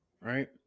right